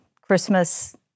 Christmas